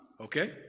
okay